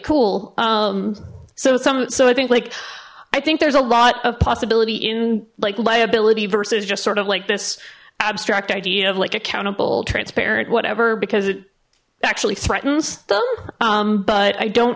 cool so some so i think like i think there's a lot of possibility in like liability versus just sort of like this abstract idea of like accountable transparent whatever because it actually threatens them but i don't